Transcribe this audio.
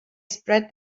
spread